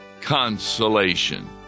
consolation